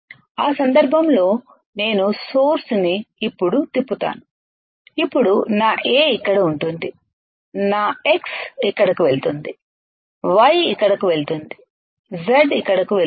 ఆ సందర్భంలో నేను సోర్స్ ని ఇప్పుడు తిప్పుతాను ఇప్పుడు నా A ఇక్కడ ఉంటుంది నా X ఇక్కడకు వెళుతుంది Y ఇక్కడకు వెళ్తుంది Z ఇక్కడకు వెళ్తుంది